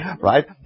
right